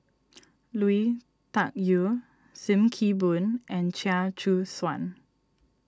Lui Tuck Yew Sim Kee Boon and Chia Choo Suan